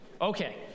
Okay